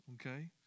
okay